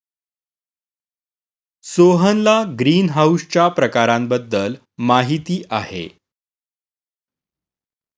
सोहनला ग्रीनहाऊसच्या प्रकारांबद्दल माहिती आहे